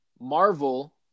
Marvel